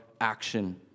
action